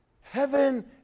heaven